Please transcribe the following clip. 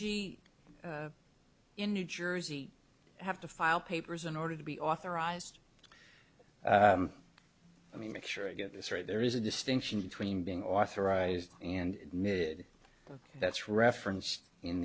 g in new jersey have to file papers in order to be authorized i mean make sure i get this right there is a distinction between being authorized and mid that's referenced in